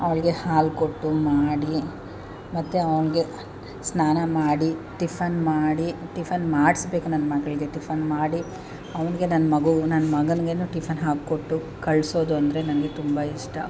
ಅವ್ಳಿಗೆ ಹಾಲು ಕೊಟ್ಟು ಮಾಡಿ ಮತ್ತು ಅವ್ನಿಗೆ ಸ್ನಾನ ಮಾಡಿ ಟಿಫನ್ ಮಾಡಿ ಟಿಫನ್ ಮಾಡಿಸ್ಬೇಕು ನನ್ನ ಮಗಳಿಗೆ ಟಿಫನ್ ಮಾಡಿ ಅವ್ನಿಗೆ ನನ್ನ ಮಗು ನನ್ನ ಮಗನಿಗೇನು ಟಿಫನ್ ಹಾಕ್ಕೊಟ್ಟು ಕಳಿಸೋದು ಅಂದರೆ ನನಗೆ ತುಂಬ ಇಷ್ಟ